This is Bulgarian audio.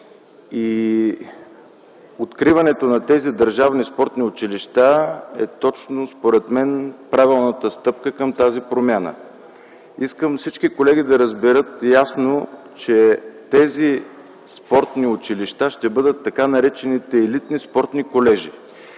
Откриването на тези държавни спортни училища според мен е правилната стъпка към тази промяна. Искам всички колеги да разберат ясно, че тези спортни училища ще бъдат така наречените елитни спортни колежи.